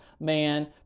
man